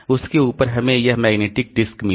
उसके ऊपर हमें यह मैग्नेटिक डिस्क मिली है